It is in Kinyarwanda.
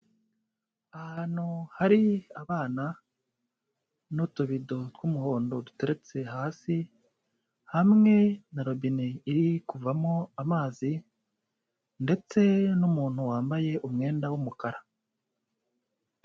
Ahantu hari abana n'utubido tw'umuhondo duteretse hasi hamwe na robine iri kuvamo amazi ndetse n'umuntu wambaye umwenda w'umukara.